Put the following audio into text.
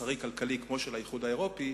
פוליטי-מסחרי-כלכלי כמו זה של האיחוד האירופי,